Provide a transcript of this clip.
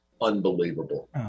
unbelievable